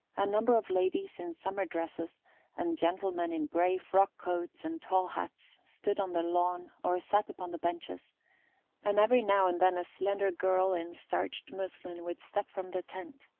a number of ladies in summer dresses and gentlemen in grey frock-coats and tall hats stood on the lawn or sat upon the benches and every now and then a slender girl in starched muslin would step from the tent,